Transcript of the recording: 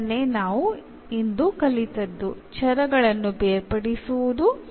ಇದನ್ನೇ ನಾವು ಇಂದು ಕಲಿತಿದ್ದು ಚರಗಳನ್ನು ಬೇರ್ಪಡಿಸುವುದು